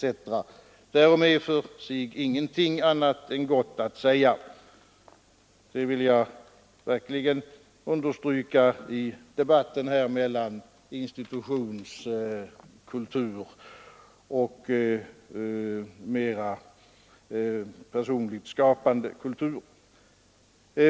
Därom är i och för sig inget annat än gott att säga — det vill jag verkligen understryka i debatten om institutionskultur och mera personligt skapande kultur.